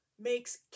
makes